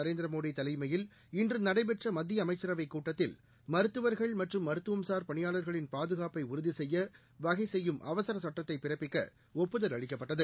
நரேந்திரமோடி தலைமையில் இன்று நடைபெற்ற மத்திய அமைச்சரவைக் கூட்டத்தில் மருத்துவர்கள் மற்றும் மருத்துவம்சார் பணியாளர்களின் பாதுகாப்பை உறுதி செய்ய வகை செய்யும் அவசர சட்டத்தை பிறப்பிக்க ஒப்புதல் அளிக்கப்பட்டது